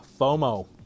FOMO